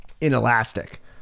inelastic